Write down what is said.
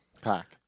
pack